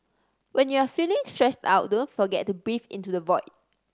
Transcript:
when you are feeling stressed out don't forget to breathe into the void